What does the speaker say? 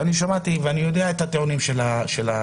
ואני שמעתי ואני יודע את הטיעונים של המשטרה: